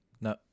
No